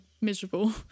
miserable